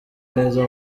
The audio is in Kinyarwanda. neza